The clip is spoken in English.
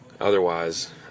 otherwise